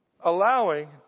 allowing